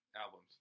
albums